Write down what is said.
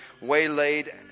waylaid